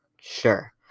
sure